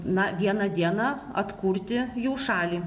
na vieną dieną atkurti jų šalį